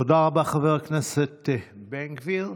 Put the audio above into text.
תודה רבה לחבר הכנסת בן גביר.